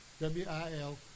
W-I-L